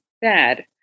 bad